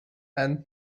and